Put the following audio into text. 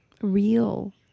real